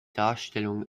darstellungen